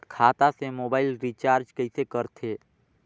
खाता से mobile recharge कइसे करथे